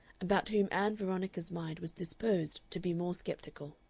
about whom ann veronica's mind was disposed to be more sceptical.